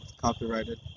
copyrighted